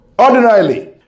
Ordinarily